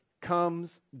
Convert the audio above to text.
comes